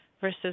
versus